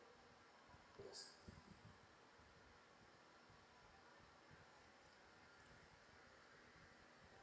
yes